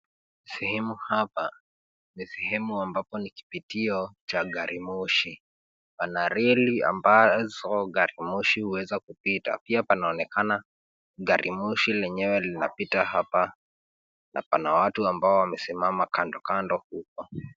Sehemu hapa, ni sehemu ambapo ni kipitio cha gari moshi. Pana reli ambazo gari moshi uweza kupita. Pia panaonekana gari moshi lenyewe linapita hapa, na pana watu ambao wamesimama kando kando huko.